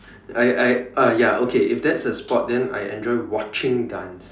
I I ah ya okay if that's a sport then I enjoy watching dance